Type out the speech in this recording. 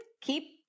keep